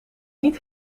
niet